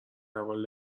اول